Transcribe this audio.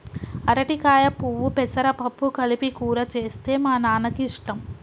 అరటికాయ పువ్వు పెసరపప్పు కలిపి కూర చేస్తే మా నాన్నకి ఇష్టం